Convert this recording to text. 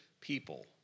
people